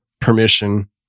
permission